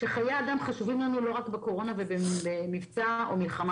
שחיי אדם חשובים לנו לא רק בקורונה ומבצע או מלחמה,